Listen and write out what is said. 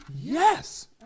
Yes